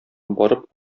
барып